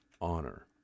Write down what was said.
honor